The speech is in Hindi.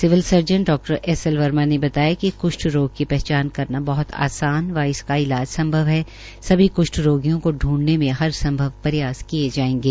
सिविल सर्जन डा एस एल वर्मा ने बताया कि क्ष्ठ रोग की पहचान करना आसान व इस इलाज संभव है सभी क्ष्ठ रोगियों को ढ़ाने मे हर संभव प्रयास किए जायेंगे